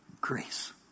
Grace